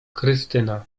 krystyna